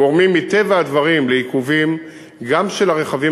גורמים מטבע הדברים לעיכובים גם של הרכבים